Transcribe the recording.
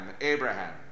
Abraham